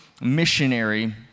missionary